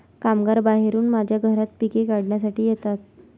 कामगार बाहेरून माझ्या घरात पिके काढण्यासाठी येतात